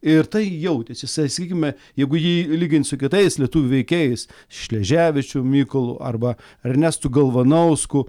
ir tai jautėsi sa sakykime jeigu jį lyginti su kitais lietuvių veikėjais šleževičium mykolu arba ernestu galvanausku